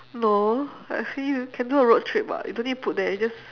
no actually you can do a road trip [what] you don't need to put there you just